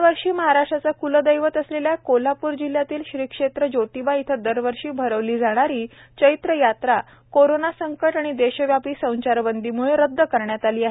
दरवर्षी महाराष्ट्राचं कुल दैवतअसलेल्या कोल्हापूर जिल्ह्यातील श्रीक्षेत्र ज्योतिबा इथे दरवर्षी अरवली जाणारी चैत्र यात्रा कोरोना संकट आणि देशव्यापी संचारबंदीमुळे रद्द करण्यात आली आहे